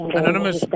Anonymous